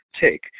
take